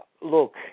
look